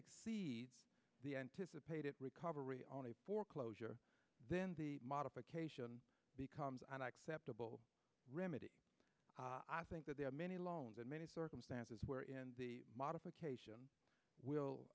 takes the anticipated recovery on a foreclosure then the modification becomes an acceptable remedy i think that there are many loans in many circumstances where the modification will